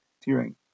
tearing